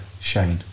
Shane